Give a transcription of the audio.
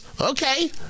Okay